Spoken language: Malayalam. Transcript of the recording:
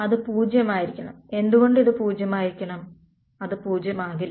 അത് 0 ആയിരിക്കണം എന്തുകൊണ്ട് ഇത് 0 ആയിരിക്കണം അത് 0 ആകില്ല